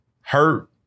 hurt